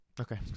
Okay